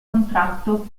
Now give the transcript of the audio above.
contratto